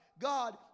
God